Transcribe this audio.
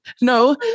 no